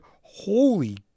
Holy